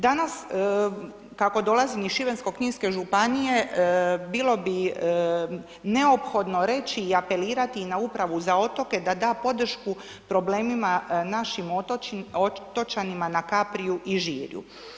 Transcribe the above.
Danas kako dolazim iz Šibensko-kninske županije bilo bi neophodno reći i apelirati i na Upravu za otoke da da podršku problemima našim otočanima na Kapriju i Žirju.